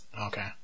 Okay